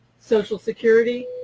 social security,